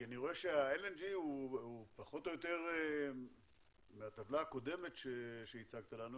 אני רואה בטבלה הקודמת שהצגת לנו